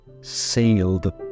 sailed